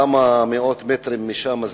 כמה מאות מטרים משם,